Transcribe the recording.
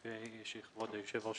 כפי שכבוד היושב-ראש